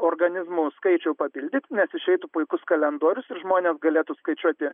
organizmų skaičių papildyt nes išeitų puikus kalendorius ir žmonės galėtų skaičiuoti